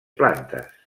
plantes